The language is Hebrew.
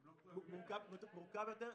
זה מורכב יותר.